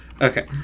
Okay